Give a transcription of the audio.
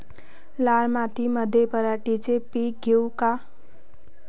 लाल मातीमंदी पराटीचे पीक घेऊ का?